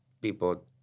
people